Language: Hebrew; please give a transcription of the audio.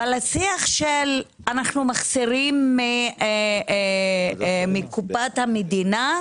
אבל השיח של אנחנו מחסירים מקופת המדינה,